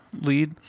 lead